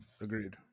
Agreed